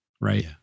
right